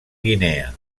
guinea